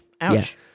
ouch